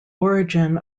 origin